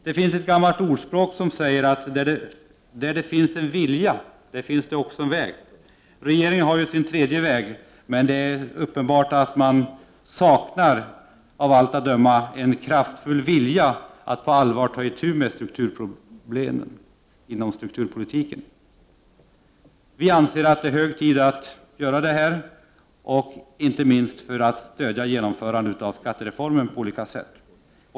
Det finns ett gammalt ordspråk som säger: ”Där det finns en vilja, där finns en väg.” Regeringen har sin ”tredje väg”, men man saknar av allt att döma en kraftfull vilja att på allvar ta itu med problemen inom strukturpolitiken. Vi anser att det är hög tid att förbättra strukturpolitiken, inte minst för att stödja genomförandet av skattereformen.